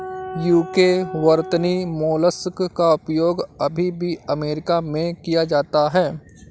UK वर्तनी mollusc का उपयोग अभी भी अमेरिका में किया जाता है